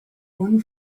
one